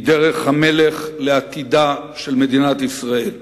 היא דרך המלך לעתידה של מדינת ישראל,